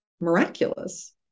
miraculous